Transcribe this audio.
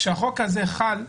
כשהחוק הזה חל,